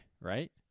right